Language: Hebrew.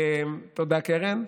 תודה, קרן.